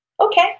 Okay